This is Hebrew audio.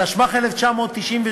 התשמ"ח 1988,